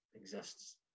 exists